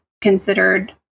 considered